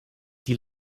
die